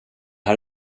här